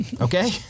Okay